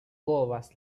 kovas